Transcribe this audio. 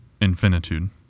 infinitude